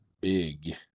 big